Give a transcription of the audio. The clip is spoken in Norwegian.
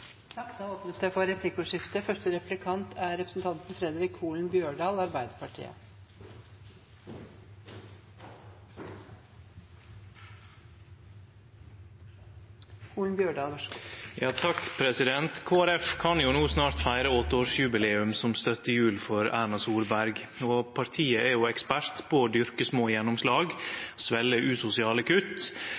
kan no snart feire åtteårsjubileum som støttehjul for Erna Solberg. Partiet er ekspert på å dyrke små gjennomslag, svelgje usosiale kutt